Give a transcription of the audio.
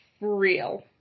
real